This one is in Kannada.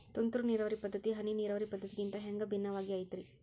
ತುಂತುರು ನೇರಾವರಿ ಪದ್ಧತಿ, ಹನಿ ನೇರಾವರಿ ಪದ್ಧತಿಗಿಂತ ಹ್ಯಾಂಗ ಭಿನ್ನವಾಗಿ ಐತ್ರಿ?